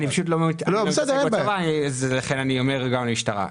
אני לא אתייחס לצבא אלא למשטרה.